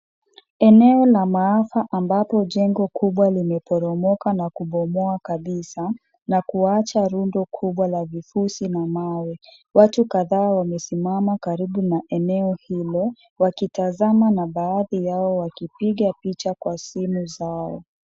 Eneo la maafa ambapo jengo kubwa limeporomoka na kubomoa kabisa na kuacha rundo kubwa la vifusi na mawe. Watu kadhaa wamesimama karibu na eneo hilo wakitazama na baadhi yao wakipiga pichwa kwa simu zao.